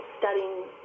studying